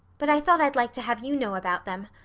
but i thought i'd like to have you know about them.